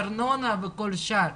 ארנונה וכל השאר.